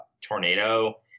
tornado